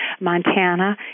Montana